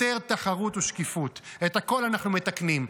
יותר תחרות ושקיפות, את הכול אנחנו מתקנים.